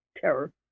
terror